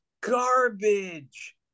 garbage